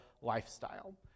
lifestyle